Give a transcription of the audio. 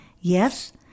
Yes